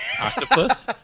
Octopus